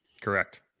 Correct